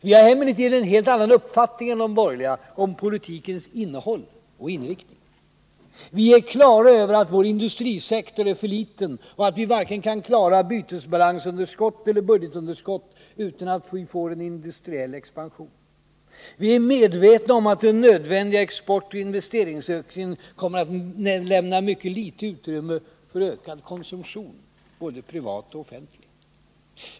Vi har emellertid en helt annan uppfattning än de borgerliga om politikens innehåll och inriktning. Vi är klara över att vår industrisektor är för liten och att vi varken kan klara bytesbalansunderskott eller budgetunderskott utan att vi får en industriell expansion. Vi är medvetna om att den nödvändiga exportoch investeringsökningen kommer att lämna mycket litet utrymme för ökad konsumtion — både privat och offentlig.